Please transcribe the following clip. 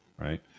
right